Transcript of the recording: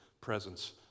presence